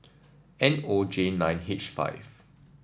N O J nine H five